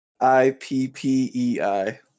I-P-P-E-I